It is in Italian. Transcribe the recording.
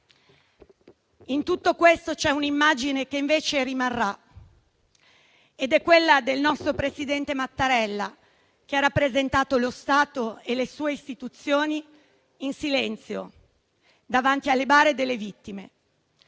in tutto questo c'è un'immagine che invece rimarrà: quella del nostro presidente Mattarella, che ha rappresentato lo Stato e le sue istituzioni in silenzio, davanti alle bare delle vittime.